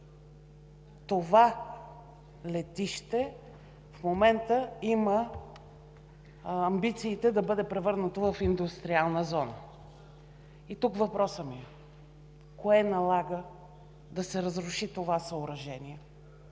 това летище в момента има амбициите да бъде превърнато в индустриална зона. Моят въпрос е: кое налага да се разруши това съоръжение;